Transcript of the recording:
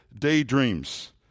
daydreams